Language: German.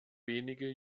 wenige